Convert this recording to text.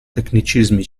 tecnicismi